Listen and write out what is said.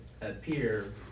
appear